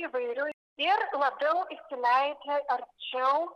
įvairiu ir labiau įsileidžia arčiau